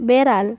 বেড়াল